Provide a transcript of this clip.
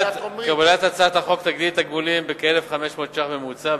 קבלת הצעת החוק תגדיל את התגמולים בכ-1,500 שקלים בממוצע,